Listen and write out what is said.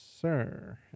sir